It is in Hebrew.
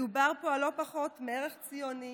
מדובר פה על לא פחות מערך ציוני